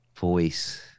voice